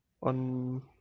on